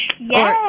Yes